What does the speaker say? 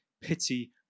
pity